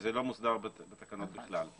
שזה לא מוסדר בתקנות בכלל,